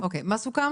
מה סוכם?